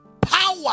power